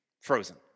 Frozen